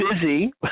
busy